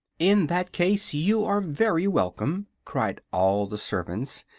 in that case you are very welcome! cried all the servants,